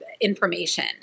information